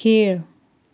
खेळ